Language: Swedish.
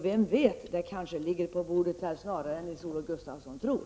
Vem vet -- kanske ligger ett sådant förslag på bordet tidigare än Nils-Olof Gustafsson tror!